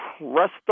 rest